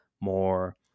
more